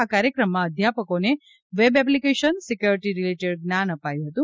આ કાર્યક્રમમાં અધ્યાપકોને વેબ એપ્લિકેશન સિક્યોરીટી રીલેટેડ જ્ઞાન અપાયું હતું